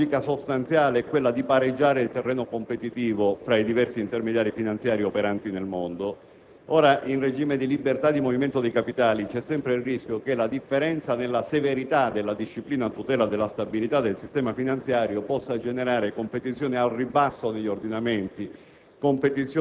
accordo, del 2004 - è quella di pareggiare il terreno competitivo tra i diversi intermediari finanziari operanti nel mondo. In regime di libertà di movimento dei capitali c'è sempre il rischio che la differenza nella severità della disciplina a tutela della stabilità del sistema finanziario possa generare competizione al ribasso degli ordinamenti